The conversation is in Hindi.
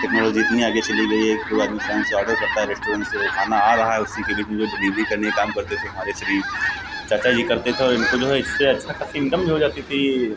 टेक्नोलॉजी इतनी आगे चली गई है कि कोई आदमी फ़ोन से ऑर्डर करता है रेस्टोरेन्ट से वो खाना आ रहा है उसी के बीच में जो है डिलीवरी करने का काम करते थे तो वो हमारे सरीफ़ चाचा जी करते थे और इनको जो है इससे अच्छा खासी इन्कम भी हो जाती थी